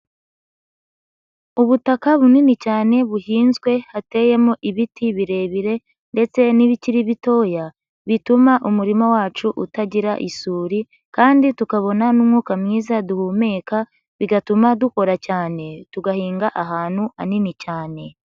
Ubutaka bunini cyane buhinzwe, hateyemo ibiti birebire ndetse n'ibikiri bitoya, bituma umurima wacu utagira isuri kandi tukabona n'umwuka mwiza duhumeka, bigatuma dukora cyane, tugahinga ahantu hanini cyane.